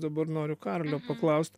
dabar noriu karolio paklaust